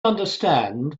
understand